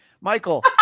Michael